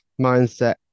mindset